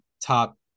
top